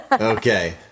Okay